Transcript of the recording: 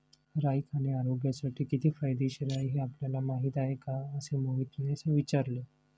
राई खाणे आरोग्यासाठी किती फायदेशीर आहे हे आपल्याला माहिती आहे का? असे मोहितने विचारले